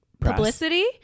publicity